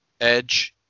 edge